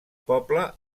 poble